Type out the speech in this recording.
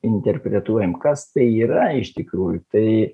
interpretuojam kas tai yra iš tikrųjų tai